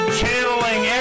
channeling